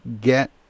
get